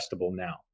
now